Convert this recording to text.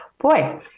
Boy